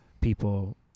people